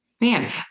Man